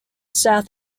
south